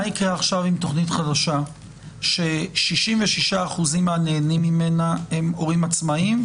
מה יקרה עכשיו עם תוכנית חדשה ש-66% מהנהנים ממנה הם הורים עצמאיים,